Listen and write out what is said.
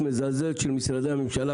תאמיני לי.